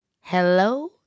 Hello